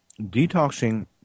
detoxing